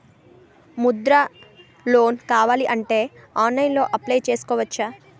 Mudra loan కావాలి అంటే ఆన్లైన్లో అప్లయ్ చేసుకోవచ్చా?